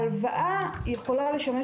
הלוואה יכולה לשמש